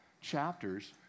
chapters